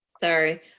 Sorry